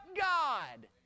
God